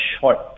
short